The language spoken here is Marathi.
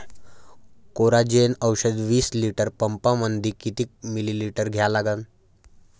कोराजेन औषध विस लिटर पंपामंदी किती मिलीमिटर घ्या लागन?